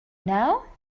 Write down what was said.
now